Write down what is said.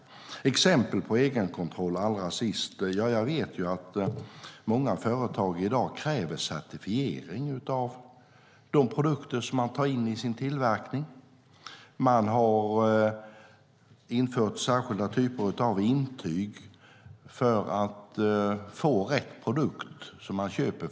Allra sist handlar det om exempel på egenkontroll. Jag vet att många företag i dag kräver certifiering av de produkter som man tar in i sin tillverkning. Man har infört särskilda typer av intyg för att det ska vara rätt produkt som man köper.